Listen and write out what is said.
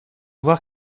voir